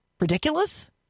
ridiculous